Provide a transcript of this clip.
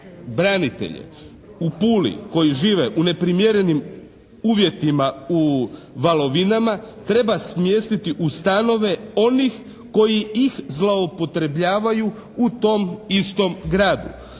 branitelje u Puli koji žive u neprimjerenim uvjetima u Valovinama treba smjestiti u stanove onih koji ih zloupotrebljavaju u tom istom gradu.